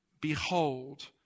behold